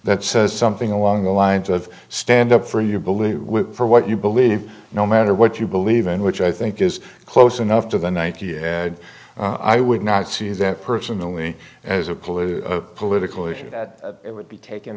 that says something along the lines of stand up for you believe for what you believe no matter what you believe in which i think is close enough to the ninety eight dollars i would not see that personally as a clue a political issue that it would be taken